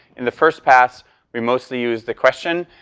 in the first pass we mostly use the question.